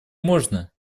можно